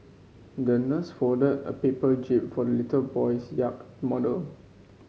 the nurse folded a paper jib for the little boy's yacht model